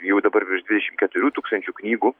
jau dabar virš dvidešim keturių tūkstančių knygų